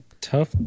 tough